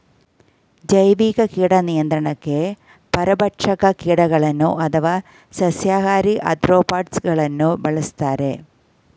ಜೈವಿಕ ಕೀಟ ನಿಯಂತ್ರಣಗೆ ಪರಭಕ್ಷಕ ಕೀಟಗಳನ್ನು ಅಥವಾ ಸಸ್ಯಾಹಾರಿ ಆಥ್ರೋಪಾಡ್ಸ ಗಳನ್ನು ಬಳ್ಸತ್ತರೆ